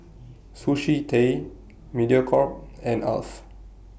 Sushi Tei Mediacorp and Alf